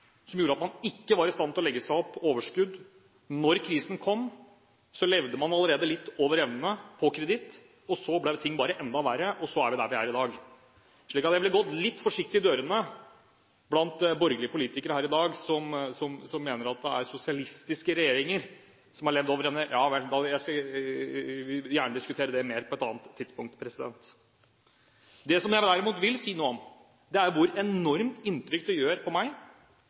som gjorde at man ikke var i stand til å legge seg opp overskudd. Da krisen kom, levde man allerede litt over evne, på kreditt. Så ble ting bare enda verre, og så er man der man er i dag. Så jeg ville gått litt forsiktig i dørene hadde jeg vært med i de borgerlige partiene, som her i dag mener at det er sosialistiske regjeringer som har levd over evne. Vel – jeg skal gjerne diskutere det mer på et annet tidspunkt. Det jeg derimot vil si noe om, er hvilket enormt inntrykk det gjør på meg